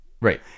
Right